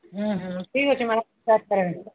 ହୁଁ ହୁଁ ଠିକ୍ ଅଛି